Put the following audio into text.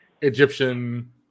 Egyptian